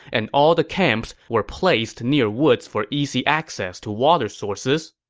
and all the camps were placed near woods for easy access to water sources.